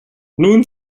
nun